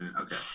Okay